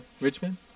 Richmond